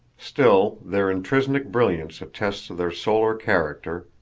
still, their intrinsic brilliance attests their solar character,